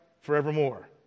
forevermore